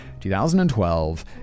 2012